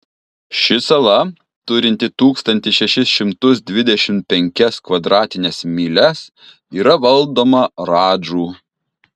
ši sala turinti tūkstantį šešis šimtus dvidešimt penkias kvadratines mylias yra valdoma radžų